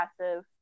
passive